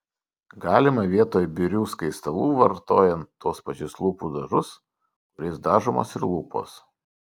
galima vietoj birių skaistalų vartojant tuos pačius lūpų dažus kuriais dažomos ir lūpos